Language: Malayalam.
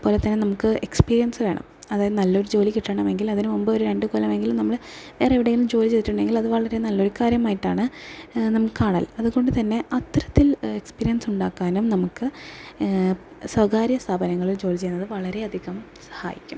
അതുപോലെതന്നെ നമുക്ക് എക്സ്പീരിയൻസ് വേണം അതായത് നല്ലൊരു ജോലി കിട്ടണമെങ്കിൽ അതിന് മുമ്പ് ഒരു രണ്ട് കൊല്ലമെങ്കിലും നമ്മൾ വേറെ എവിടെയെങ്കിലും ജോലി ചെയ്തിട്ടുണ്ടെങ്കിൽ വളരെ നല്ലൊരു കാര്യമായിട്ടാണ് നമ്മൾ കാണൽ അതുകൊണ്ടുതന്നെ അത്തരത്തിൽ എക്സ്പീരിയൻസ് ഉണ്ടാക്കാനും നമുക്ക് സ്വകാര്യ സ്ഥാപനങ്ങളിൽ ജോലി ചെയ്യുന്നത് വളരെയധികം സഹായിക്കും